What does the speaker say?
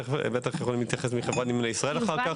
תכף חברת נמלי ישראל יתייחסו.